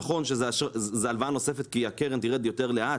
נכון שזה הלוואה נוספת כי הקרן תרד יותר לאט,